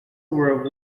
were